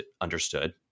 understood